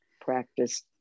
practice